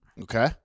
Okay